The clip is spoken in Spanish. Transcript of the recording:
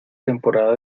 temporada